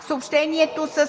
Съобщението с